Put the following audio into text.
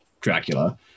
Dracula